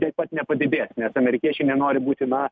taip pat nepadidės nes amerikiečiai nenori būti na